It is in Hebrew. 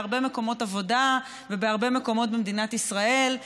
בהרבה מקומות עבודה ובהרבה מקומות במדינת ישראל.